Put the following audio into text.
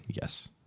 yes